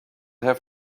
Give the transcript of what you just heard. have